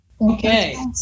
Okay